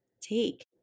take